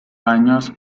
años